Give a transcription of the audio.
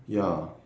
ya